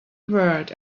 word